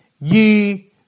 ye